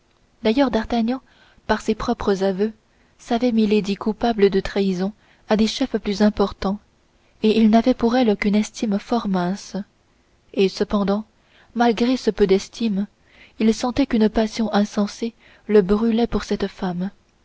d'ailleurs d'artagnan par ses propres aveux savait milady coupable de trahison à des chefs plus importants et il n'avait pour elle qu'une estime fort mince et cependant malgré ce peu d'estime il sentait qu'une passion insensée le brûlait pour cette femme